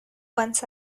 once